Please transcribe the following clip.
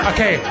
Okay